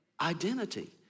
identity